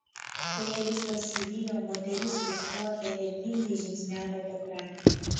kai elis pasivijo moteris ir šuo energingai žingsniavo pakrante